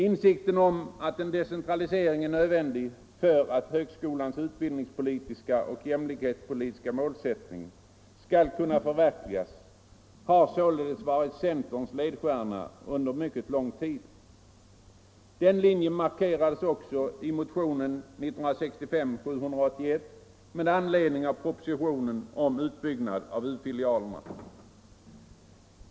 Insikten om att en decentralisering är nödvändig för att högskolans utbildningspolitiska och jämlikhetspolitiska målsättning skall kunna förverkligas har således varit centerns ledstjärna under mycket lång tid. Den linjen markerades också i motionen FK 1965:781, med anledning av propositionen om utbyggnad av utbildningsfilialerna.